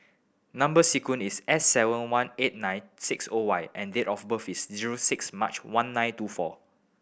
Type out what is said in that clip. number sequence is S seven one eight nine six O Y and date of birth is zero six March one nine two four